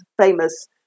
famous